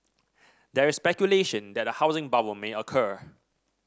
there is speculation that a housing bubble may occur